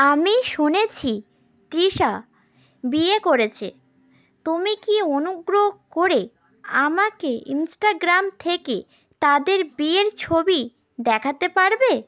আমি শুনেছি তৃষা বিয়ে করেছে তুমি কি অনুগ্রহ করে আমাকে ইনস্টাগ্রাম থেকে তাদের বিয়ের ছবি দেখাতে পারবে